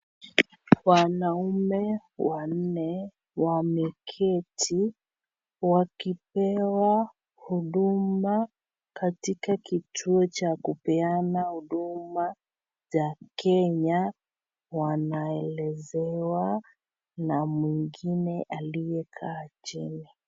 Wanaume wanne, wameketi, wakipewa huduma katika kituo cha kupeana huduma za Kenya. Wanaelezewa na mwingine aliyekaa chini.